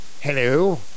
Hello